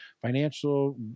financial